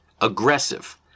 Aggressive